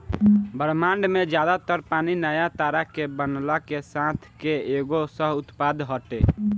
ब्रह्माण्ड में ज्यादा तर पानी नया तारा के बनला के साथ के एगो सह उत्पाद हटे